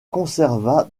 conserva